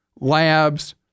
labs